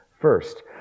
First